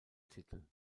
titel